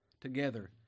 together